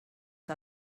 què